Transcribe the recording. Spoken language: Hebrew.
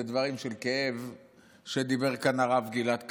אלה דברים של כאב שדיבר כאן הרב גלעד קריב.